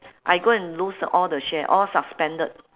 I go and lose to all the share all suspended